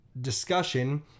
discussion